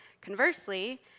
Conversely